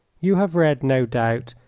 you have read, no doubt,